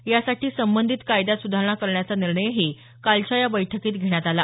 यासाठी संबंधित कायद्यात सुधारणा करण्याचा निर्णयही कालच्या या बैठकीत घेण्यात आला